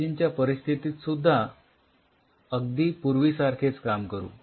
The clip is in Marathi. कोलॅजिन च्या परिस्थितीत सुद्धा आपण अगदी पूर्वीसारखेच काम करु